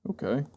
Okay